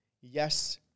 Yes